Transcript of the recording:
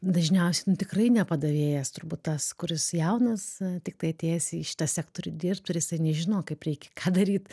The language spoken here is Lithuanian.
dažniausiai nu tikrai ne padavėjas turbūt tas kuris jaunas tiktai atėjęs į šitą sektorių dirbt ir jisai nežino kaip reikia ką daryt